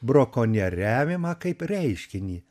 brakonieriavimą kaip reiškinį